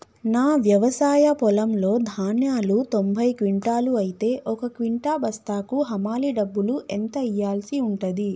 నా వ్యవసాయ పొలంలో ధాన్యాలు తొంభై క్వింటాలు అయితే ఒక క్వింటా బస్తాకు హమాలీ డబ్బులు ఎంత ఇయ్యాల్సి ఉంటది?